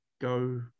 go